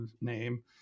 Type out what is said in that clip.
name